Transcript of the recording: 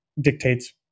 dictates